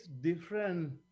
different